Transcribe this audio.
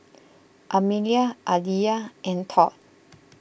Amelia Aleah and Todd